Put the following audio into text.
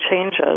changes